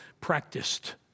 practiced